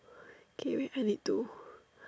okay wait I need to